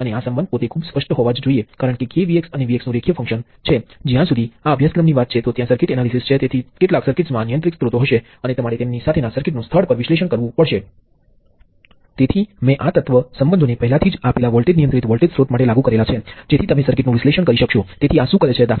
અને કેટલીકવાર આ નિયંત્રિત પ્રવાહ સ્ત્રોત પણ આશ્રિત સ્ત્રોત તરીકે ઓળખાય છે કારણ કે નિયંત્રિત સ્ત્રોતનું મૂલ્ય તે પ્રવાહનું વોલ્ટેજ છે કે કેમ તે સર્કિટમાં ના